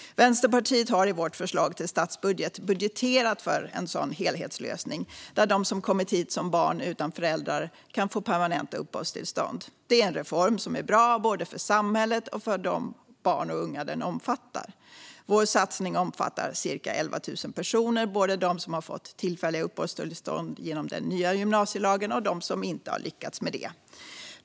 Vänsterpartiet har i sitt förslag till statsbudget budgeterat för en sådan helhetslösning, där de som kommit hit som barn utan föräldrar kan få permanenta uppehållstillstånd. Det är en reform som är bra både för samhället och för de barn och unga som den omfattar. Vår satsning omfattar ca 11 000 personer, både dem som har fått tillfälliga uppehållstillstånd genom den nya gymnasielagen och dem som inte har lyckats med det.